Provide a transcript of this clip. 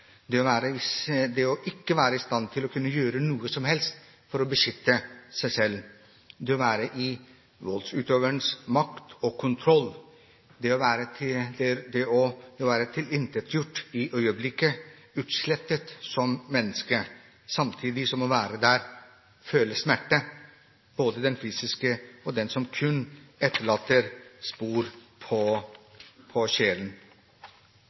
oppleve å være maktesløs, det ikke å være i stand til å kunne gjøre noe som helst for å beskytte seg selv, det å være i voldsutøverens makt og kontroll, det å være tilintetgjort i øyeblikket, utslettet som menneske, samtidig som man er der, føler smerte, både den fysiske og den som kun etterlater spor på sjelen.